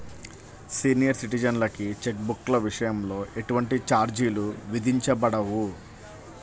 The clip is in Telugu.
సీనియర్ సిటిజన్లకి చెక్ బుక్ల విషయంలో ఎటువంటి ఛార్జీలు విధించబడవు